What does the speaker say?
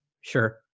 sure